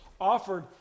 offered